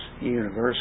universal